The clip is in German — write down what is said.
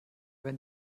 wenn